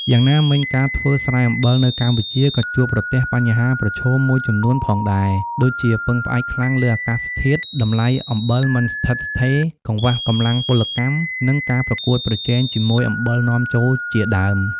យ៉ាងណាមិញ ការធ្វើស្រែអំបិលនៅកម្ពុជាក៏ជួបប្រទះបញ្ហាប្រឈមមួយចំនួនផងដែរ ដូចជា ពឹងផ្អែកខ្លាំងលើអាកាសធាតុ តម្លៃអំបិលមិនស្ថិតស្ថេរ កង្វះកម្លាំងពលកម្ម និងការប្រកួតប្រជែងជាមួយអំបិលនាំចូលជាដើម។